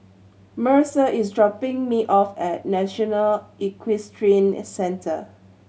Mercer is dropping me off at National Equestrian Centre